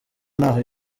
ntaho